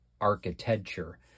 architecture